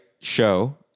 show